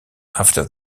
after